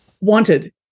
wanted